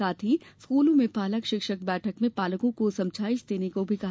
साथ ही स्कूलों में पालक शिक्षक बैठक में पालकों को समझाईश देने को भी कहा